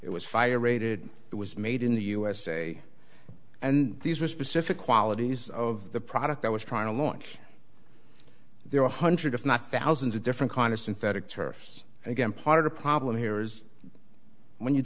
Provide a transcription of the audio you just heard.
it was fire aided it was made in the usa and these were specific qualities of the product i was trying to launch their one hundred if not thousands of different kind of synthetic tariffs and again part of the problem here is when you